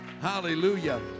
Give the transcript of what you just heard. Hallelujah